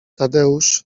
tadeusz